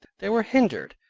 they were hindered,